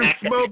smoke